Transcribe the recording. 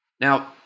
Now